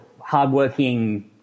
hardworking